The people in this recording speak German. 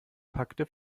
packte